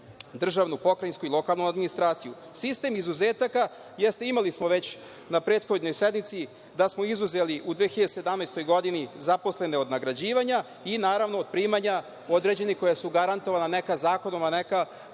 državnu, pokrajinsku i lokalnu administraciju. Sistem izuzetaka, jeste, imali smo već na prethodnoj sednici da smo izuzeli u 2017. godini zaposlene od nagrađivanja i, naravno, od primanja određenih koja su garantovana, neka zakonom a neka